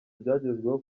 byagezweho